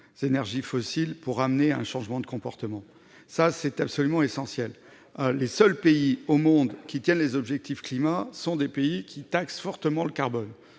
énergies fossiles pour amener à un changement de comportement. C'est absolument essentiel. Les seuls pays au monde qui tiennent les objectifs climat sont ceux qui taxent fortement le carbone-